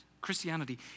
Christianity